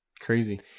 Crazy